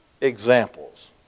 examples